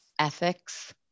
ethics